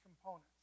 components